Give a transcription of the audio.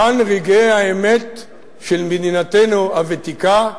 כאן רגעי האמת של מדינתנו הוותיקה,